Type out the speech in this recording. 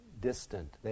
distant